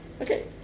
okay